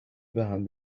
بهم